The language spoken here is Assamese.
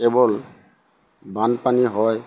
কেৱল বানপানী হয়